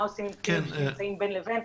מה עושים עם אלה שנמצאים בין לבין.